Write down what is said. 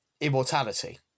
immortality